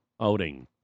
outing